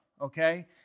okay